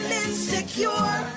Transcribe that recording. insecure